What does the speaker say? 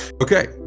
Okay